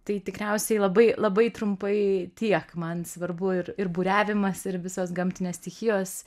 tai tikriausiai labai labai trumpai tiek man svarbu ir ir buriavimas ir visos gamtinės stichijos